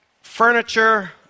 furniture